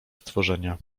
stworzenia